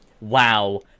Wow